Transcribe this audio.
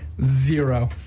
Zero